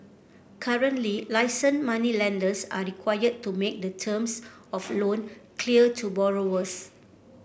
currently licensed moneylenders are required to make the terms of loan clear to borrowers